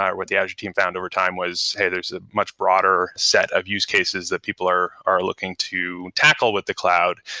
what the azure team found overtime was, hey, there's a much broader set of use cases that people are are looking to tackle with the cloud,